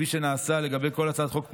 כפי שנעשה לגבי כל הצעת חוק פרטית,